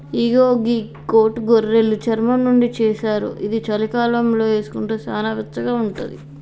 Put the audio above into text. ఇగో గీ కోటు గొర్రెలు చర్మం నుండి చేశారు ఇది చలికాలంలో వేసుకుంటే సానా వెచ్చగా ఉంటది